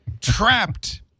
trapped